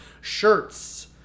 shirts